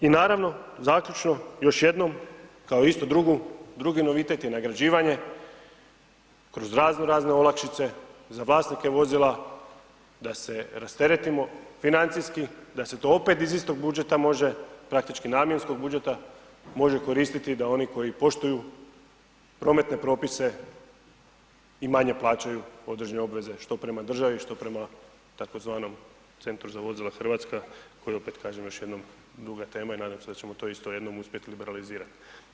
I naravno, zaključno još jednom kao isto drugu, drugi novitet je nagrađivanje kroz razno razne olakšice, za vlasnike vozila da se rasteretimo financijski, da se to opet iz istog budžeta može, praktički namjenskog budžeta može koristiti da oni koji poštuju prometne propise i manje plaćaju određene obveze što prema državi, što prema tzv. Centru za vozila Hrvatska, koji opet kažem još jednom druga je tema i nadam se da ćemo to isto jednom uspjet liberalizirat.